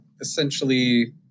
essentially